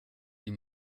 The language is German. ihm